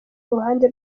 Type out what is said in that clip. uruhande